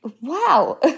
Wow